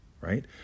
right